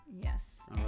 Yes